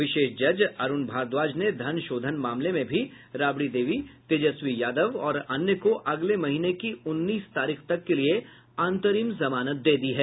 विशेष जज अरूण भारद्वाज ने धन शोधन मामले में भी राबड़ी देवी तेजस्वी यादव और अन्य को अगले महीने की उन्नीस तारीख तक के लिए अंतरिम जमानत दे दी है